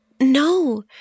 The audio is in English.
No